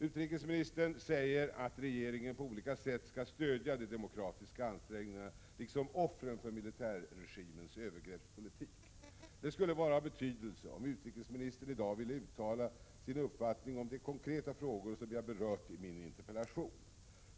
Utrikesministern säger att regeringen på olika sätt skall stödja de demokratiska ansträngningarna, liksom offren för militärregimens övergreppspolitik. Det skulle vara av betydelse om utrikesministern i dag ville uttala sin uppfattning om de konkreta frågor som jag berört i min interpellation.